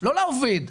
לא לעובד,